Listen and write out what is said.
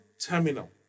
terminal